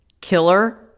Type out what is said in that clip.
killer